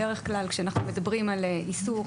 בדרך כלל כשאנחנו מדברים על איסור,